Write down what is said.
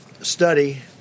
study